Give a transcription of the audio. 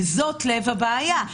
וזה לב הבעיה.